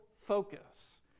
focus